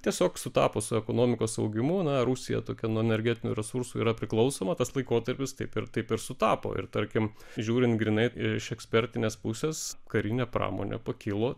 tiesiog sutapo su ekonomikos augimu na rusija tokia nuo energetinių resursų yra priklausoma tas laikotarpis taip ir taip ir sutapo ir tarkim žiūrint grynai iš ekspertinės pusės karinė pramonė pakilo